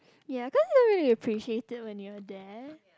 ya cause you won't to appreciated when you were there